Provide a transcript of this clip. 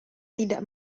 tidak